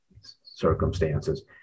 circumstances